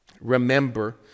Remember